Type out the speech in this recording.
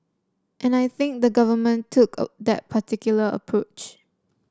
and I think the government took that particular approach